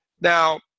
Now